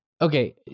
Okay